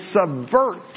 subvert